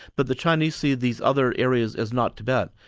but the chinese see these other areas as not tibet,